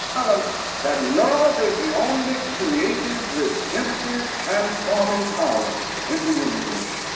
um that love is the only creative, redemptive, transforming power in the universe.